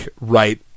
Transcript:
right